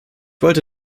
wollte